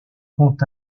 quant